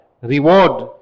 reward